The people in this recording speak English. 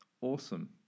awesome